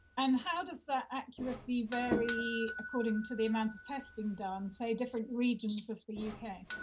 and how does that accuracy vary according to the amount of testing done say different regions of the yeah